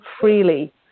freely